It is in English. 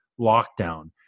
lockdown –